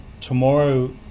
Tomorrow